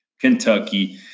Kentucky